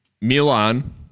milan